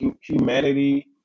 humanity